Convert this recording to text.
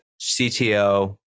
CTO